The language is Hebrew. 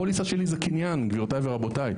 הפוליסה שלי זה קניין, גבירותיי ורבותיי.